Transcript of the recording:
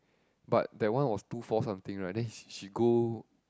but that one was two four something right then she she go